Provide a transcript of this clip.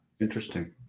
interesting